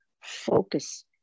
focus